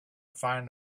find